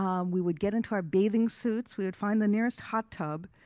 um we would get into our bathing suits, we would find the nearest hot tub,